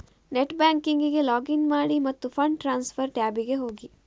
net ಬ್ಯಾಂಕಿಂಗಿಗೆ login ಮಾಡಿ ಮತ್ತು ಫಂಡ್ ಟ್ರಾನ್ಸ್ಫರ್ ಟ್ಯಾಬಿಗೆ ಹೋಗಿ